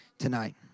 tonight